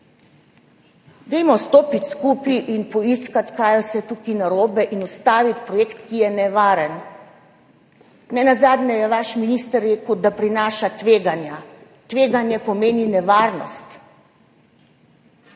to. Stopimo skupaj in poiščimo, kaj vse je tukaj narobe in ustavimo projekt, ki je nevaren. Nenazadnje je vaš minister rekel, da prinaša tveganja. Tveganje pomeni nevarnost